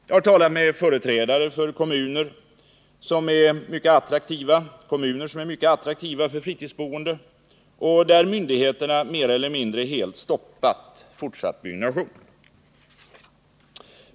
Jag har talat med företrädare för kommuner, som är mycket attraktiva för fritidsboende och där myndigheterna mer eller mindre helt har stoppat fortsatt byggnation.